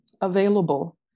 available